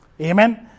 Amen